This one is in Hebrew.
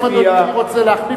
האם אדוני רוצה להחליף אותי?